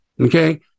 Okay